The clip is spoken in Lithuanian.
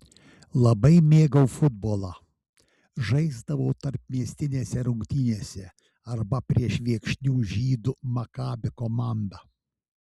labai mėgau futbolą žaisdavau tarpmiestinėse rungtynėse arba prieš viekšnių žydų makabi komandą